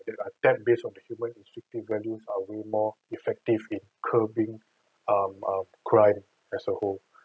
that that based on the human instrictive values are way more effective in curbing um um crime as a whole